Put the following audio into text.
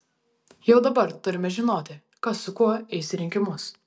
jau dabar turime žinoti kas su kuo eis į rinkimus